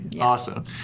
Awesome